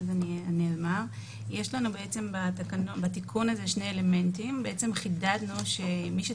יש לנו בתיקון הזה שני אלמנטים: חידדנו שמי שצריך